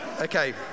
Okay